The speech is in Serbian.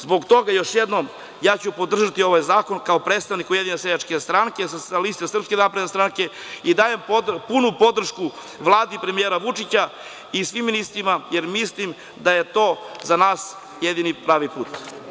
Zbog toga, još jednom, ću podržati ovaj zakon kao predstavnik Ujedinjene seljačke stranke sa liste SNS i dajem punu podršku Vladi premijera Vučića i svim ministrima, jer mislim da je to za nas jedini pravi put.